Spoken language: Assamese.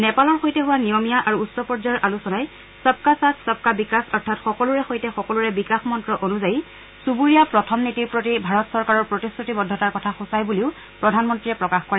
নেপালৰ সৈতে হোৱা নিয়মীয়া আৰু উচ্চ পৰ্যায়ৰ আলোচনাই সবকা সাথ সবকা বিকাশ অৰ্থাৎ সকলোৰে সৈতে সকলোৰে বিকাশ মন্ত্ৰ অনুযায়ী চুবুৰীয়া প্ৰথম নীতিৰ প্ৰতি ভাৰত চৰকাৰৰ প্ৰতিশ্ৰতিবদ্ধতাৰ কথা সূচায় বুলিও প্ৰধানমন্ত্ৰীয়ে প্ৰকাশ কৰে